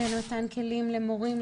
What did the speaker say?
זה מתן כלים למורים,